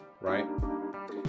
right